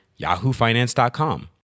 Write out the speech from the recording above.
yahoofinance.com